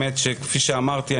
כפי שאמרתי,